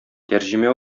тәрҗемә